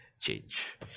change